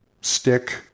stick